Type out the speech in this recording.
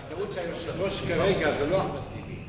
הטעות שהיושב-ראש כרגע זה לא אחמד טיבי.